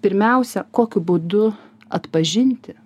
pirmiausia kokiu būdu atpažinti